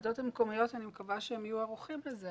אני מקווה שהוועדות המקומיות יהיו ערוכות לזה,